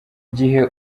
gihe